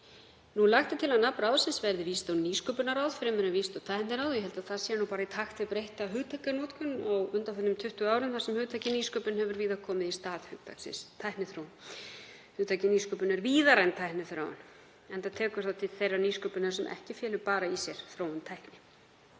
Lagt er til að nafn ráðsins verði Vísinda- og nýsköpunarráð fremur en Vísinda- og tækniráð. Ég held að það sé bara í takt við breytta hugtakanotkun á undanförnum 20 árum þar sem hugtakið nýsköpun hefur víða komið í stað hugtaksins tækniþróun. Hugtakið nýsköpun er víðara en tækniþróun enda tekur það til þeirrar nýsköpunar sem ekki felur bara í sér þróun tækni.